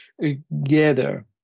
together